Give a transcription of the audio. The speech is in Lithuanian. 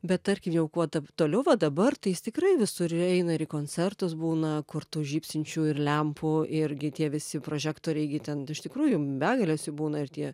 bet tarkim jau kuo tap toliau va dabar ta is tikrai visur eina ir į koncertus būna kur tų žybsinčių ir lempų irgi tie visi prožektoriai gi ten iš tikrųjų begalės jų būna ir tie